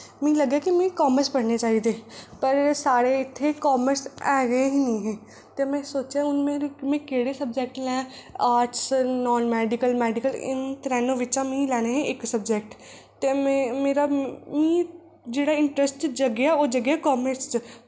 ते मिगी लग्गेआ कि मिगी कॉमर्स पढ़ने चाहिदे पर साढ़े इत्थै कॉमर्स ऐहे निं हे ते में सोचेआ में केह्ड़े सब्जैक्ट लें ऑर्टस मैडिकल नॉन मैडिकल ते मिगी इनें त्रौनें बिच्चा लैने हे इक सब्जैक्ट ते में मेरा मी ते मिगी जेह्ड़ा इंटरैस्ट जगेआ ओह् जगेआ मिगी कॉमर्स च